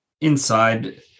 inside